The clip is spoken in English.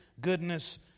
goodness